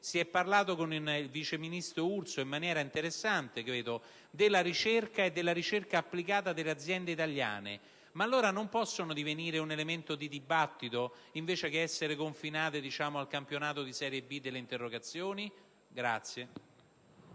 si è parlato con il vice ministro Urso in maniera interessante - credo - della ricerca e della ricerca applicata delle aziende italiane), allora non possono divenire un elemento di dibattito invece che essere confinate al campionato di serie B delle interrogazioni?